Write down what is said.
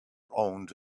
owned